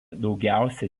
daugiausiai